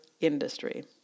industry